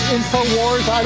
Infowars